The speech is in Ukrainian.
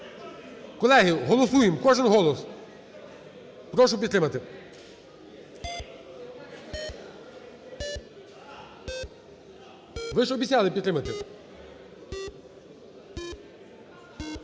Колеги, голосуємо, кожен голос, прошу підтримати. Ви ж обіцяли підтримати.